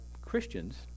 Christians